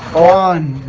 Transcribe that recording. on